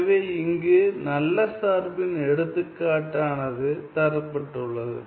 எனவே இங்கு நல்ல சார்பின் எடுத்துக்காட்டானது தரப்பட்டுள்ளது